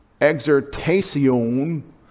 exhortation